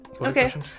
Okay